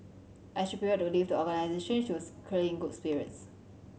as she prepared to leave the organisation she was clearly in good spirits